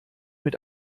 mit